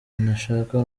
ntashaka